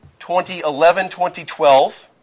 2011-2012